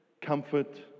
comfort